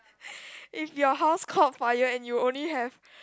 if your house caught fire and you only have